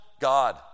God